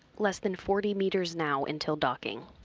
less than forty meters now until docking.